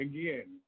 Again